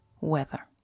weather